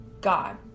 God